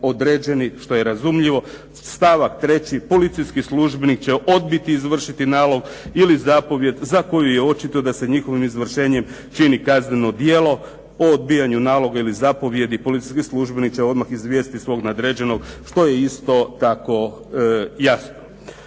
što je razumljivo. Stavak 3., policijski službenik će odbiti izvršiti nalog ili zapovijed za koju je očito da se njihovim izvršenjem čini kazneno djelo o odbijanju naloga ili zapovijedi policijskih službenik će odmah izvijestiti svog nadređenog što je isto tako jasno.